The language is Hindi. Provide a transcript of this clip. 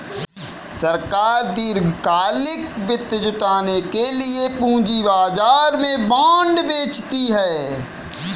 सरकार दीर्घकालिक वित्त जुटाने के लिए पूंजी बाजार में बॉन्ड बेचती है